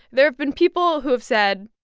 there have been people who have said,